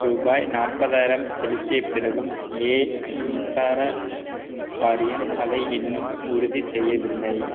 ரூபாய் நாற்பதாயிரம் செலுத்திய பிறகும் ஏன் மின்சார வாரியம் அதை இன்னும் உறுதி செய்யவில்லை